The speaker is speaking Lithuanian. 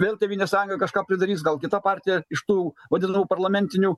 vėl tėvynės sąjunga kažką pridarys gal kita partija iš tų vadinamų parlamentinių